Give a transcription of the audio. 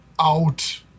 out